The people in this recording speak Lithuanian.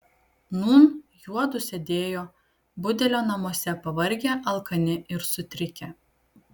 nūn juodu sėdėjo budelio namuose pavargę alkani ir sutrikę